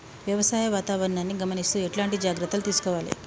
వ్యవసాయ వాతావరణాన్ని గమనిస్తూ ఎట్లాంటి జాగ్రత్తలు తీసుకోవాలే?